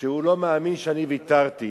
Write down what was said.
שהוא לא מאמין שאני ויתרתי.